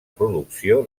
producció